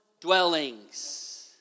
dwellings